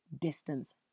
distance